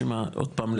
שמה, עוד פעם?